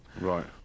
Right